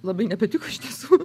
labai nepatiko iš tiesų